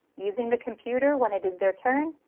using the computer when it is their turn,